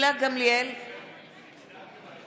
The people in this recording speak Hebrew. אינה נוכחת מאזן